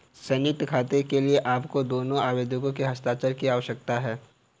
संयुक्त खाते के लिए आपको दोनों आवेदकों के हस्ताक्षर की आवश्यकता है